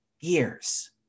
years